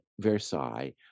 Versailles